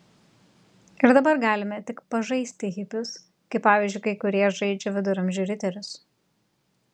ir dabar galime tik pažaisti hipius kaip pavyzdžiui kai kurie žaidžia viduramžių riterius